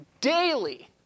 daily